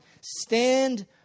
stand